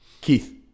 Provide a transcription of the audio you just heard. Keith